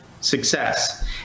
success